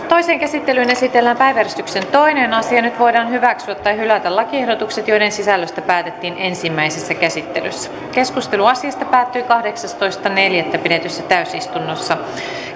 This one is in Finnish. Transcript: toiseen käsittelyyn esitellään päiväjärjestyksen toinen asia nyt voidaan hyväksyä tai hylätä lakiehdotukset joiden sisällöstä päätettiin ensimmäisessä käsittelyssä keskustelu asiasta päättyi kahdeksastoista neljättä kaksituhattaseitsemäntoista pidetyssä täysistunnossa